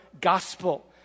gospel